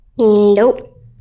Nope